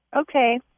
Okay